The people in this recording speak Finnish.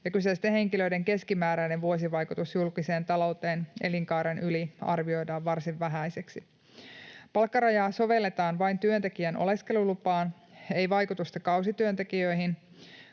henkilöiden keskimääräinen vuosivaikutus julkiseen talouteen elinkaaren yli arvioidaan varsin vähäiseksi. Palkkarajaa sovelletaan vain työntekijän oleskelulupaan. Sillä ei ole vaikutusta kausityöntekijöihin,